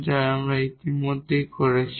যা আমরা ইতিমধ্যেই আলোচনা করেছি